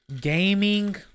Gaming